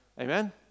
Amen